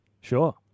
sure